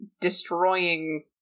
destroying